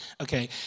Okay